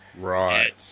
Right